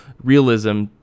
realism